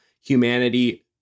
humanity